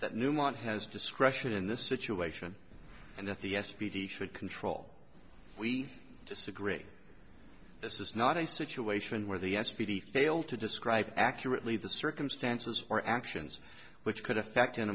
that newman has discretion in this situation and that the s p d should control we disagree this is not a situation where the s p d fail to describe accurately the circumstances or actions which could affect